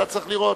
אתה צריך לראות,